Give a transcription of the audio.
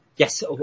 Yes